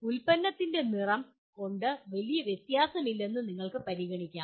ഉൽപ്പന്നത്തിന്റെ നിറം കൊണ്ട് വലിയ വ്യത്യാസമില്ലെന്ന് നിങ്ങൾക്ക് പരിഗണിക്കാം